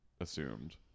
assumed